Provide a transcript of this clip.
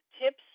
tips